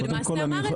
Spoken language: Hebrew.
הוא למעשה אמר את זה.